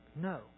no